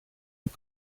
του